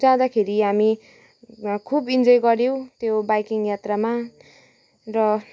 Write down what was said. जाँदाखेरि हामी खुब इन्जोय गर्यौँ त्यो बाइकिङ यात्रामा र